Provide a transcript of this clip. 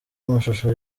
amashusho